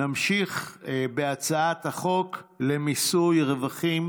את המשך הדיון בהצעת החוק למיסוי רווחים